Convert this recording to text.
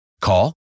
Call